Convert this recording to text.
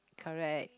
correct